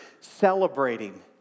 celebrating